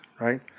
right